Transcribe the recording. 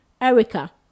Erica